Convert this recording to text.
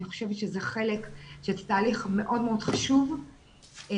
אני חושבת שזה תהליך מאוד מאוד חשוב שנעשה.